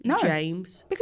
James